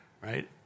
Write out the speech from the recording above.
right